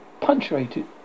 punctuated